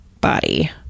body